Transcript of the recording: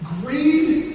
Greed